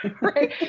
Right